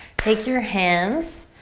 take your hands,